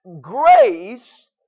grace